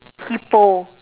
hippo